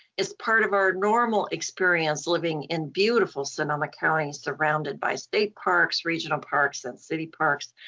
as part of our normal experience living in beautiful sonoma county surrounded by state parks, regional parks and city parks,